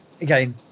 again